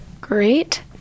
Great